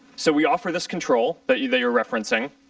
so we offer this control that you that you are referencing.